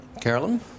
Carolyn